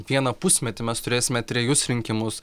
vieną pusmetį mes turėsime trejus rinkimus